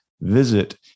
Visit